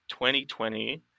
2020